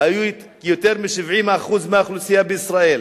היו יותר מ-70% מהאוכלוסייה בישראל.